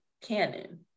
canon